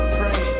pray